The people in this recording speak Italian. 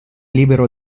libero